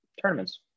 tournaments